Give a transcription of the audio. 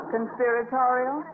Conspiratorial